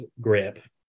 grip